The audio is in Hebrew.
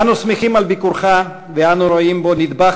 אנו שמחים על ביקורך ואנו רואים בו נדבך